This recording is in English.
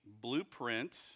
blueprint